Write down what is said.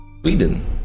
Sweden